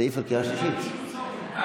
הצבענו על סעיף 1 כנוסח הוועדה